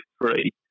free